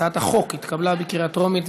התשע"ו 2016,